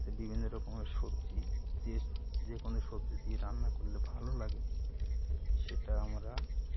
বিভিন্ন রকমের সবজি যে যে কোনো সবজি দিয়ে রান্না করলে ভালো লাগে সেটা আমরা